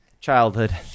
childhood